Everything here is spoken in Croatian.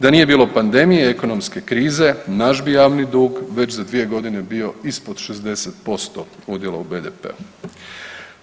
Da nije bilo pandemije, ekonomske krize, naš bi javni dug već za 2 godine bio ispod 60% udjela u BDP-u.